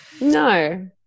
no